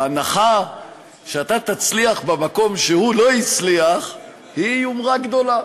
ההנחה שאתה תצליח במקום שהוא לא הצליח היא יומרה גדולה.